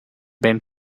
bent